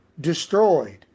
destroyed